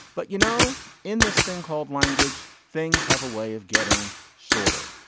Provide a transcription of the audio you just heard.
but you know in this thing called language things have a way of getting shorter.